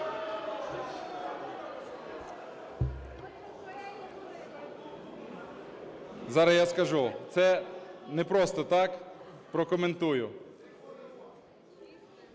Зараз я скажу, це не просто так, прокоментую.